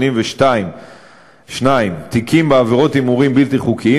882 תיקים בעבירות הימורים בלתי חוקיים,